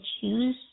choose